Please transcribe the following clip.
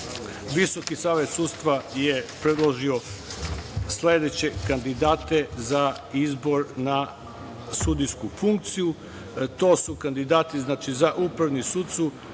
postupka VSS je predložio sledeće kandidate za izbor na sudijsku funkciju. To su kandidati, za Upravni sud